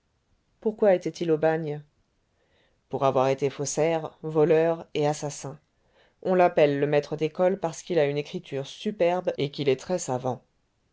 pourquoi était-il au bagne pour avoir été faussaire voleur et assassin on l'appelle le maître d'école parce qu'il a une écriture superbe et qu'il est